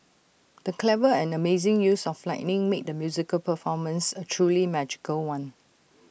the clever and amazing use of lighting made the musical performance A truly magical one